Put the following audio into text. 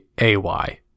A-Y